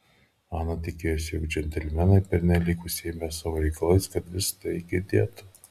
ana tikėjosi jog džentelmenai pernelyg užsiėmę savo reikalais kad visa tai girdėtų